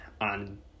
on